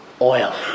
oil